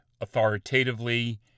authoritatively